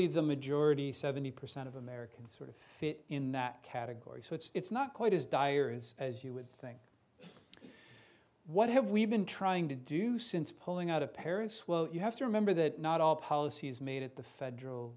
the majority seventy percent of americans sort of fit in that category so it's not quite as dire as as you would think what have we been trying to do since pulling out of paris well you have to remember that not all policy is made at the federal